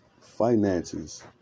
finances